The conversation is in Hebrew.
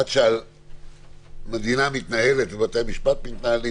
עד שהמדינה מתנהלת ובתי המשפט מתנהלים